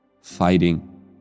fighting